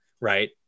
right